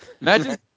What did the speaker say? Imagine